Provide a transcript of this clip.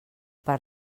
per